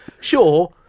Sure